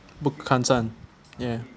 bukhansan ya